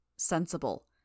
Sensible